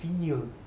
feel